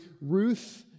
Ruth